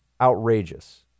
outrageous